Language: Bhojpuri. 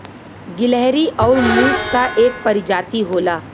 गिलहरी आउर मुस क एक परजाती होला